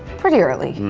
pretty early. hmm.